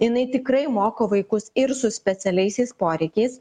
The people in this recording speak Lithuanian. jinai tikrai moko vaikus ir su specialiaisiais poreikiais